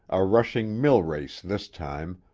a rushing mill-race this time,